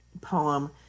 poem